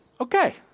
Okay